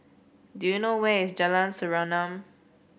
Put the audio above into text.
do you know where is Jalan Serengam